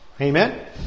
Amen